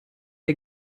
der